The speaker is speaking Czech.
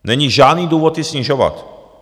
Není žádný důvod ji snižovat.